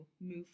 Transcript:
move